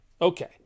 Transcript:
Okay